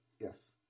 Yes